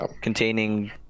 containing